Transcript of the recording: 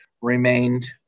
remained